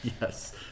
Yes